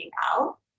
out